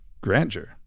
grandeur